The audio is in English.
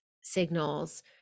signals